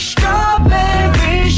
Strawberry